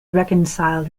reconcile